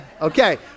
Okay